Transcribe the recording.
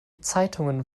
zeitungen